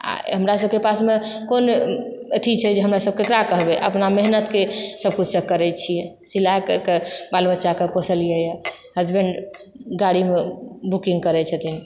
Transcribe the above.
आ हमरा सबके पासमे कोन अथी छै जे हमरा सबके ककरा कहबै अपना मेहनतके सब किछुसँ करैत छियै सिलाइ कए कऽ बाल बच्चाके पोसलियै यऽ हसबैंड गाड़ीमे बुकिङ्ग करैत छथिन